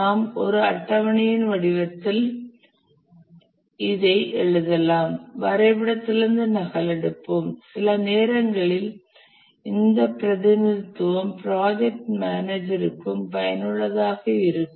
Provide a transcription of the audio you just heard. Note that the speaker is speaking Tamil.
நாம் ஒரு அட்டவணையின் வடிவத்தில் கூட இதை எழுதலாம் வரைபடத்திலிருந்து நகலெடுப்போம் சில நேரங்களில் இந்த பிரதிநிதித்துவம் ப்ராஜெக்ட் மேனேஜர்க்கும் பயனுள்ளதாக இருக்கும்